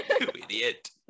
idiot